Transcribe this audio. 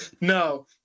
no